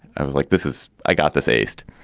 i was like, this is i got this aced.